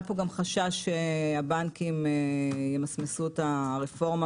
פה חשש שהבנקים ימסמסו את הרפורמה